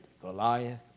Goliath